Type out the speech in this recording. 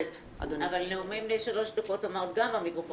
אבל נאומים בני שלוש דקות אמרת שהם גם במיקרופון.